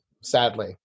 Sadly